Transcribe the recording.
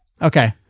Okay